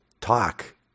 talk